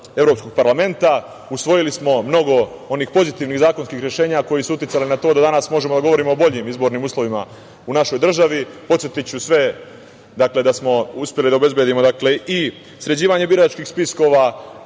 Evropskog parlamenta, usvojili smo mnogo onih pozitivnih zakonskih rešenja koji su uticali na to da danas možemo da govorimo o boljim izbornim uslovima u našoj državi. Podsetiću sve da smo uspeli da obezbedimo i sređivanje biračkih spiskova,